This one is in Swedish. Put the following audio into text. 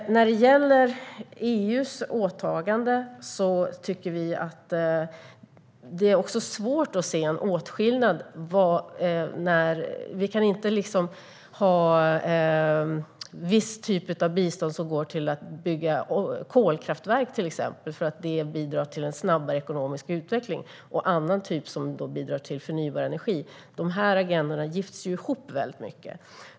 När det gäller EU:s åtagande tycker vi alltså att det är svårt att se en åtskillnad. Vi kan inte ha en viss typ av bistånd som exempelvis går till att bygga kolkraftverk, för att bidra till en snabbare ekonomisk utveckling, och en annan typ som bidrar till förnybar energi. Dessa agendor gifts ihop väldigt mycket.